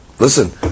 Listen